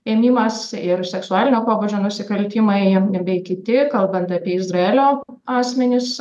ėmimas ir seksualinio pobūdžio nusikaltimai bei kiti kalbant apie izraelio asmenis